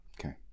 Okay